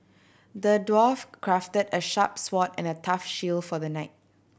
the dwarf crafted a sharp sword and a tough shield for the knight